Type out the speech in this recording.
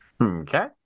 Okay